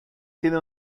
tiene